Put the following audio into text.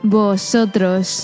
vosotros